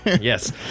Yes